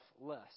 less